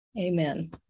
Amen